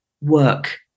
work